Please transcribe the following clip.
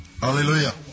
Hallelujah